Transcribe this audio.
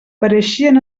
pareixien